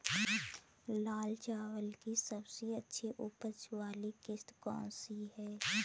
लाल चावल की सबसे अच्छी उपज वाली किश्त कौन सी है?